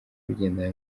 bigendana